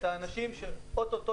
את האנשים שאוטוטו,